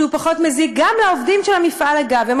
פחות מזיק גם לעובדים במפעל, אגב, הם